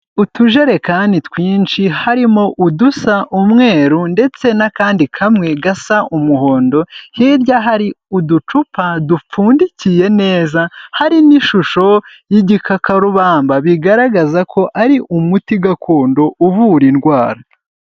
Utujerekani twinshi, harimo udusa umweru ndetse n'akandi kamwe gasa umuhondo, hirya hari uducupa dupfundikiye neza hari n'ishusho y'igikakarubamba, bigaragaza ko ari umuti gakondo uvura indwara.